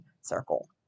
Circle